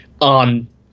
on